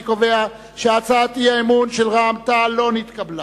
אני קובע שהצעת האי-אמון של רע"ם-תע"ל לא נתקבלה.